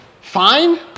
Fine